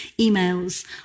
emails